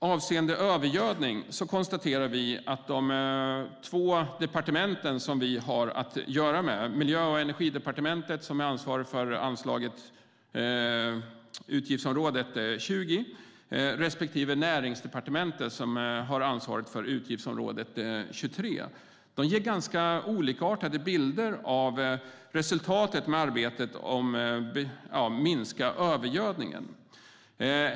Avseende övergödning konstaterar vi att de två departement vi har att göra med - Miljö och energidepartementet, som är ansvarigt för utgiftsområde 20, respektive Näringsdepartementet, som är ansvarigt för utgiftsområde 23 - ger ganska olikartade bilder av resultatet av arbetet med att minska övergödningen.